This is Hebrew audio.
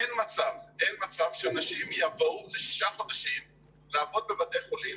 אין מצב שאנשים יבואו לשישה חודשים לעבוד בבתי חולים,